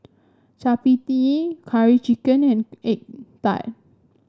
chappati Curry Chicken and egg tart